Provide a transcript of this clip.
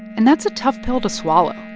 and that's a tough pill to swallow